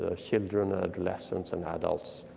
ah children, ah adolescents and adults.